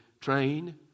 train